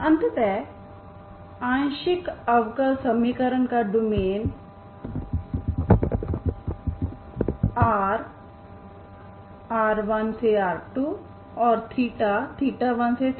अतः आंशिक अवकल समीकरण का डोमेन r1rr2 और 1θ2है